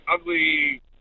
ugly